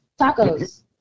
Tacos